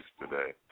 today